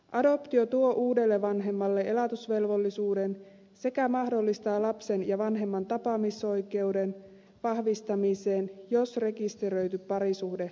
adoptio tuo uudelle vanhemmalle elatusvelvollisuuden sekä mahdollistaa lapsen ja vanhemman tapaamisoikeuden vahvistamisen jos rekisteröity parisuhde purkautuu